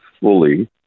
fully